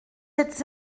êtes